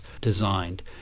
designed